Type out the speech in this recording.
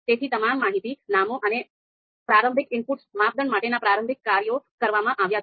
તેથી તમામ માહિતી નામો અને પ્રારંભિક ઇનપુટ્સ માપદંડ માટે ના પ્રારંભિક કર્યો કરવામાં આવ્યા છે